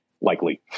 likely